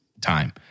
time